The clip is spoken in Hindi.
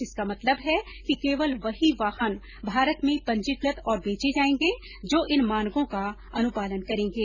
जिसका मतलब है कि केवल वही वाहन भारत में पंजीकृत और बेचे जाएंगे जो इन मानकों का अनुपालन करेंगे